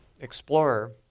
explorer